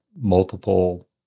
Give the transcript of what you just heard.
multiple